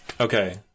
Okay